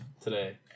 today